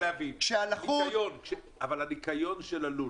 של הלול.